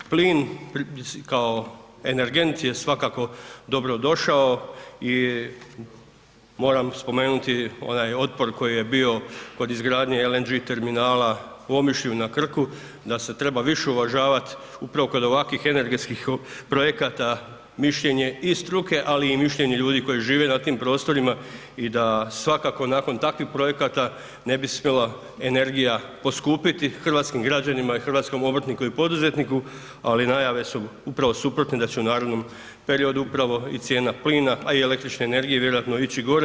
Plin, kao energent je svakako dobrodošao i moram spomenuti onaj otpor koji je bio kod izgradnje LNG terminala u Omišlju na Krku, da se treba više uvažavati upravo kod ovakvih energetskih projekata mišljene i struke ali i mišljenje ljudi koji žive na tim prostorima i da svakako nakon takvih projekata ne bi smjela energija poskupiti hrvatskim građanima i hrvatskom obrtniku i poduzetniku, ali najave su upravo suprotne da će u narednom upravo i cijena plina, a i električne energije vjerojatno ići gore.